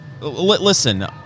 listen